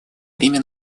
время